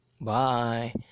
Bye